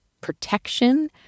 protection